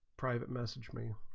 private message mean